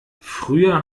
früher